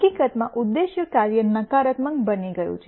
હકીકતમાં ઉદ્દેશ્ય કાર્ય નકારાત્મક બની ગયું છે